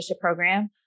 program